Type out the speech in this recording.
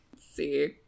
See